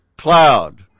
cloud